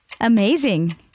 Amazing